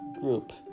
group